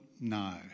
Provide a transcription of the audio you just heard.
no